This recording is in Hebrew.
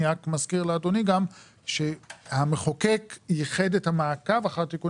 אני רק מזכיר לאדוני גם שהמחוקק ייחד את המעקב אחר תיקון